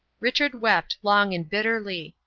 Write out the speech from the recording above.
richard wept long and bitterly,